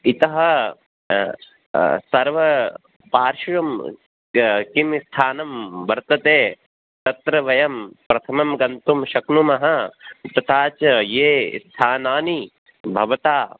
इतः सर्वपार्श्वं किं स्थानं वर्तते तत्र वयं प्रथमं गन्तुं शक्नुमः तथा च ये स्थानानि भवता